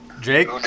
Jake